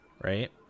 Right